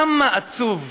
כמה עצוב.